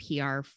PR